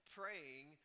praying